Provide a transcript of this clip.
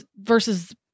versus